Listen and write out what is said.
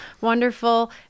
wonderful